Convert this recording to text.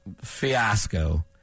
fiasco